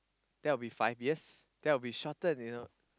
that would be five years that would shorten you know